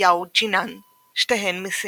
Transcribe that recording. ויאו ג'ינאן שתיהן מסין.